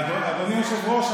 אדוני היושב-ראש,